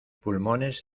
pulmones